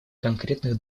конкретных